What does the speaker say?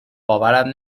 باورم